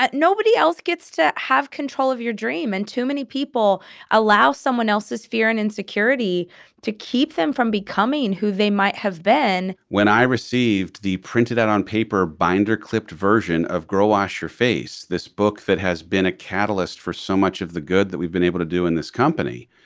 nobody else gets to have control of your dream and too many people allow someone else's fear and insecurity to keep them from becoming who they might have been when i received the printed out on paper binder clipped version of girl wash your face. this book that has been a catalyst for so much of the good that we've been able to do in this company.